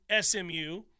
SMU